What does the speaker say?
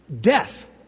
death